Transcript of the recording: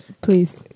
Please